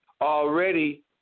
already